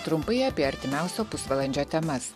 trumpai apie artimiausio pusvalandžio temas